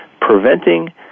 Preventing